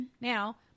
Now